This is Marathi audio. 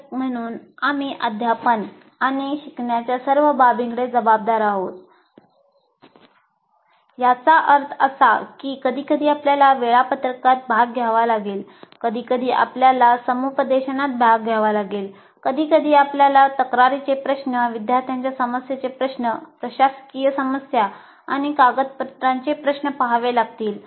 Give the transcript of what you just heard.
शिक्षक म्हणून आम्ही अध्यापन आणि शिकण्याच्या सर्व बाबींसाठी जबाबदार आहोत याचा अर्थ असा की कधीकधी आपल्याला वेळापत्रकात भाग घ्यावा लागेल कधीकधी आपल्याला समुपदेशनात भाग घ्यावा लागेल कधीकधी आपल्याला तक्रारीचे प्रश्न विद्यार्थ्यांच्या समस्येचे प्रश्न प्रशासकीय समस्या आणि कागदपत्रांचे प्रश्न पहावे लागतील